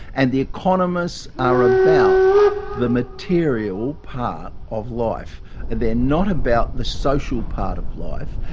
and the economists are about the material part of life and they're not about the social part of life.